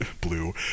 Blue